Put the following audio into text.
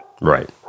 Right